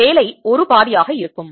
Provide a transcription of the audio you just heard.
எனவே வேலை ஒரு பாதியாக இருக்கும்